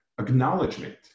acknowledgement